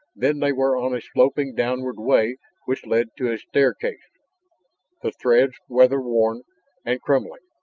then they were on a sloping downward way which led to a staircase the treads weather-worn and crumbling,